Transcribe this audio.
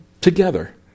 together